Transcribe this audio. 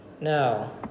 No